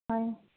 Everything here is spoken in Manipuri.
ꯑ